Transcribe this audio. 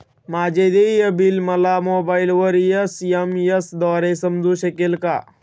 माझे देय बिल मला मोबाइलवर एस.एम.एस द्वारे समजू शकेल का?